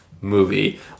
movie